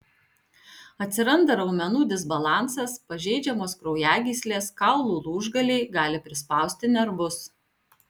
atsiranda raumenų disbalansas pažeidžiamos kraujagyslės kaulų lūžgaliai gali prispausti nervus